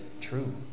true